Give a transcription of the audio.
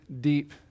deep